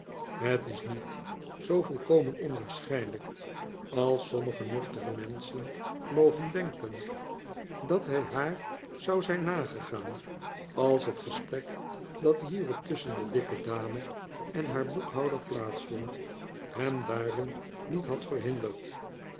het is niet zoo volkomen onwaarschijnlijk als sommige nuchtere menschen mogen denken dat hij haar zou zijn nagegaan als het gesprek dat hierop tusschen de dikke dame en haar boekhouder plaats vond hem daarin niet had